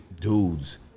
dudes